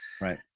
Right